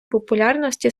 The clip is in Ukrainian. популярності